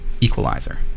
Equalizer